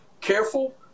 careful